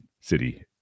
city